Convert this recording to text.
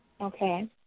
Okay